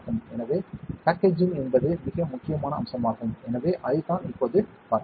எனவே பேக்கேஜிங் என்பது மிக முக்கியமான அம்சமாகும் எனவே அதைத்தான் இப்போது பார்த்தோம்